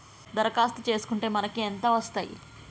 దరఖాస్తు చేస్కుంటే మనకి ఎంత వస్తాయి?